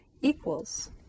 equals